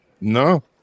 No